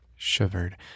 shivered